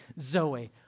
Zoe